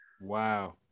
Wow